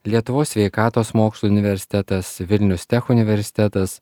lietuvos sveikatos mokslų universitetas vilnius tech universitetas